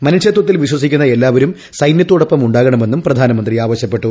മനുഷത്വത്തിൽ വിശ്വസിക്കുന്ന എല്ലാവരും സൈന്യത്തോടൊപ്പം ഉണ്ടാകണമെന്നും പ്രധാനമന്ത്രി ആവശ്യപ്പെട്ടു